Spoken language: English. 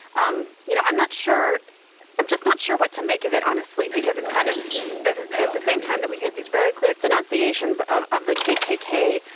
um you know, i'm not sure i'm just not sure what to make of it, honestly, because it's kind of at the same time that we hear these very clear denunciations of of the kkk,